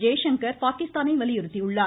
ஜெய்சங்கர் பாகிஸ்தானை வலியுறுத்தியுள்ளார்